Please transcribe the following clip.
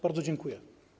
Bardzo dziękuję.